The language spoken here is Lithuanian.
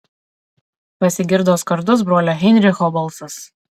pasigirdo skardus brolio heinricho balsas